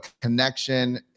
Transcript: connection